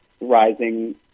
rising